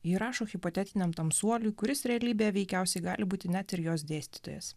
ji rašo hipotetiniam tamsuoliui kuris realybėje veikiausiai gali būti net ir jos dėstytojas